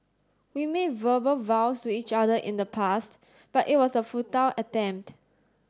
we made verbal vows to each other in the past but it was a futile attempt